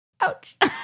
ouch